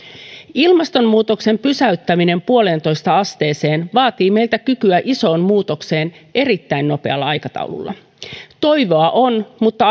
ilmastonmuutoksen pysäyttäminen yhteen pilkku viiteen asteeseen vaatii meiltä kykyä isoon muutokseen erittäin nopealla aikataululla toivoa on mutta